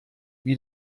wie